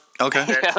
okay